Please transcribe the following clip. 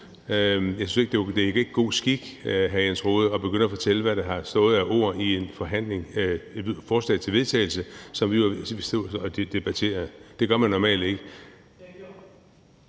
Jeg synes ikke, det er god skik, hr. Jens Rohde, at begynde at fortælle, hvad der har stået af ord i et forslag til vedtagelse, for det gør man normalt ikke.